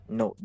no